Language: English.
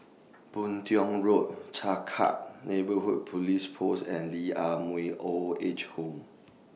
Boon Tiong Road Changkat Neighbourhood Police Post and Lee Ah Mooi Old Age Home